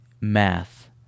math